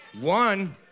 One